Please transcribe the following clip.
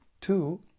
Two